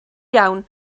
iawn